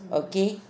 okay